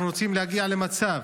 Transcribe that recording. אנחנו רוצים להגיע למצב